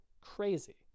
Crazy